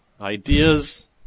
Ideas